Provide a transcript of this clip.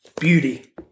beauty